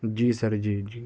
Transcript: جی sir جی جی